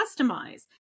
customize